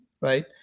right